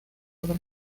obra